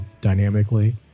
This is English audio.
dynamically